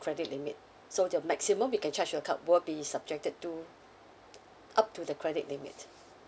credit limit so your maximum you can charge to your card will be subjected to up to the credit limit